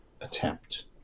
attempt